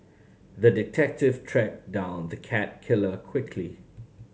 the detective tracked down the cat killer quickly